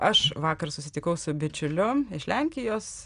aš vakar susitikau su bičiuliu iš lenkijos